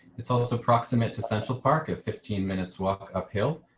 it's also proximate to central park of fifteen minutes walk uphill.